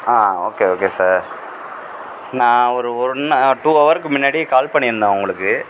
ஆ okay okay sir நான் ஒரு one நா டூ ஹவருக்கு முன்னாடி கால் பண்ணியிருந்தேன் உங்களுக்கு